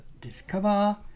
Discover